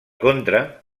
contra